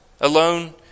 alone